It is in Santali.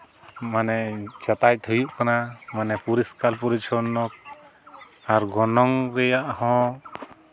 ᱢᱟᱱᱮ ᱡᱟᱛᱟᱭᱟᱛ ᱦᱩᱭᱩᱜ ᱠᱟᱱᱟ ᱢᱟᱱᱮ ᱯᱚᱨᱤᱥᱠᱟᱨ ᱯᱚᱨᱤᱪᱷᱚᱱᱱᱚ ᱟᱨ ᱜᱚᱱᱚᱝ ᱨᱮᱭᱟᱜ ᱦᱚᱸ